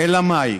אלא מאי?